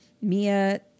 Mia